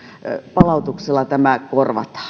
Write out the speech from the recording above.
palautuksella tämä